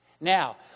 Now